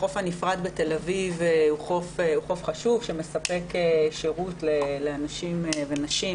החוף הנפרד בתל אביב הוא חוף חשוב שמספק שירות לאנשים ונשים,